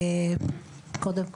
קודם כל,